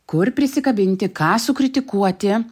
kur prisikabinti ką sukritikuoti